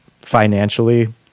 financially